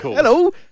Hello